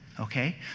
Okay